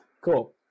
cool